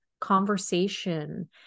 conversation